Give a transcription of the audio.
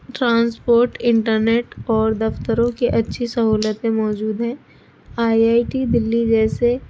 transport internet اور دفتروں کی اچھی سہولتیں موجود ہیں آئی آئی ٹی دہلی جیسے